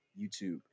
YouTube